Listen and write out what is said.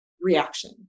reaction